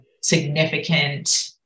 significant